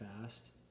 fast